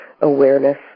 awareness